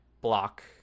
block